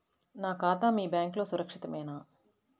నా ఖాతా మీ బ్యాంక్లో సురక్షితమేనా?